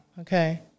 okay